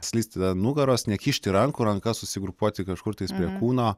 slysti ant nugaros nekišti rankų rankas susigrupuoti kažkur tais prie kūno